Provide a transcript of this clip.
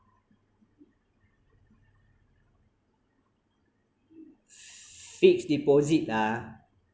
fixed deposit lah